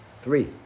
Three